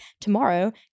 tomorrow